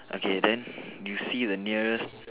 okay then you see the nearest